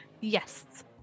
Yes